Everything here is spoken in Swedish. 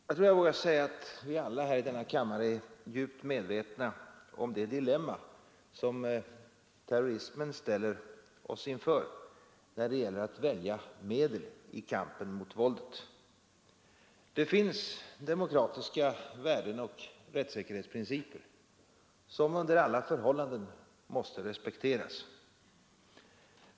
Jag tror jag vågar säga att vi alla här i denna kammare är djupt medvetna om det dilemma som terrorismen ställer oss inför när det gäller att välja medel i kampen mot våldet. Det finns demokratiska värden och rättssäkerhetsprinciper som under alla förhållanden måste respekteras.